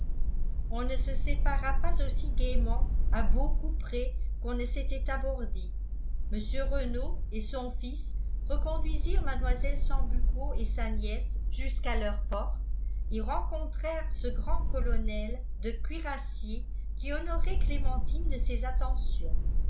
on ne se sépara pas aussi gaiement à beaucoup près qu'on ne s'était abordé mr renault et son fils reconduisirent mlle sambucco et sa nièce jusqu'à leur porte et rencontrèrent ce grand colonel de cuirassiers qui honorait clémentine de ses attentions